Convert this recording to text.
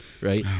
right